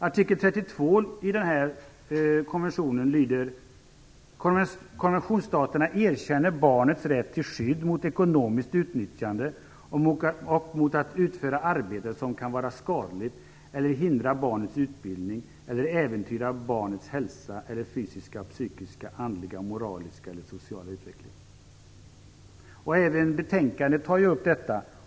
Artikel 32 lyder så här: "Konventionsstaterna erkänner barnets rätt till skydd mot ekonomiskt utnyttjande och mot att utföra arbete som kan vara skadligt eller hindra barnets utbildning eller äventyra barnets hälsa eller fysiska, psykiska, andliga, moraliska eller sociala utveckling." Detta tas även upp i betänkandet.